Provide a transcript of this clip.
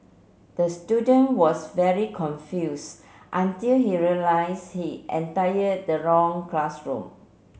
the student was very confuse until he realise he entire the wrong classroom